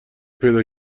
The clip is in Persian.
پیدا